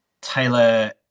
Taylor